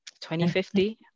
2050